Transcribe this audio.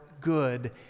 good